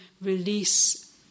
release